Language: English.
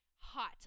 hot